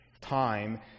Time